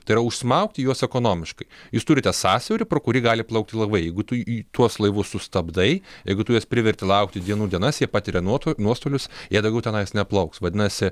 tai yra užsmaugti juos ekonomiškai jūs turite sąsiaurį pro kurį gali plaukti laivai jeigu tu į tuos laivus sustabdai jeigu tu juos priverti laukti dienų dienas jie patiria nuoto nuostolius jie daugiau tenais neplauks vadinasi